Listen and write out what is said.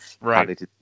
Right